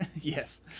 Yes